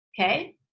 Okay